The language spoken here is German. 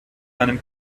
einem